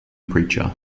preacher